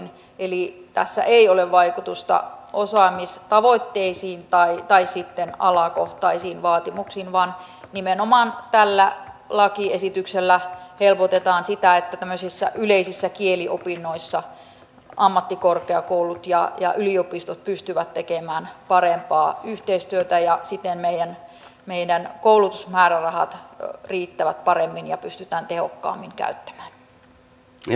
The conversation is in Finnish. eli tässä ei ole vaikutusta osaamistavoitteisiin tai sitten alakohtaisiin vaatimuksiin vaan tällä lakiesityksellä helpotetaan nimenomaan sitä että tämmöisissä yleisissä kieliopinnoissa ammattikorkeakoulut ja yliopistot pystyvät tekemään parempaa yhteistyötä ja siten meidän koulutusmäärärahat riittävät paremmin ja niitä pystytään tehokkaammin käyttämään